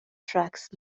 tracks